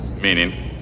Meaning